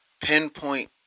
pinpoint